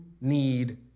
need